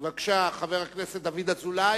בבקשה, חבר הכנסת דוד אזולאי